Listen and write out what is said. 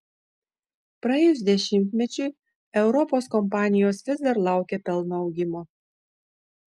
praėjus dešimtmečiui europos kompanijos vis dar laukia pelno augimo